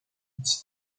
its